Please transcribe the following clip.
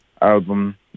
album